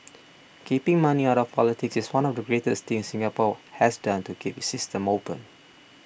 keeping money out of politics is one of the greatest things Singapore has done to keep its system open